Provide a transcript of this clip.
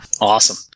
Awesome